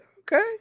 Okay